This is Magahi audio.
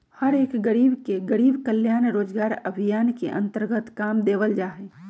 हर एक गरीब के गरीब कल्याण रोजगार अभियान के अन्तर्गत काम देवल जा हई